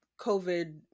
COVID